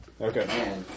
Okay